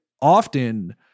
often